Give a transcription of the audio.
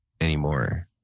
anymore